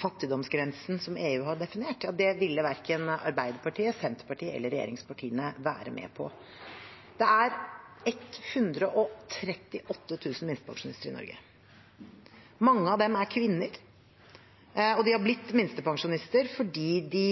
fattigdomsgrensen som EU har definert, ville verken Arbeiderpartiet, Senterpartiet eller regjeringspartiene være med på. Det er 138 000 minstepensjonister i Norge. Mange av dem er kvinner, og de har blitt minstepensjonister fordi de